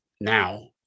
now